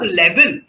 level